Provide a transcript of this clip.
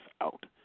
out